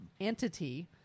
entity